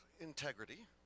integrity